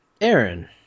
Aaron